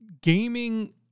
gaming